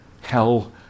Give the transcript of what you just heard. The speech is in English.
hell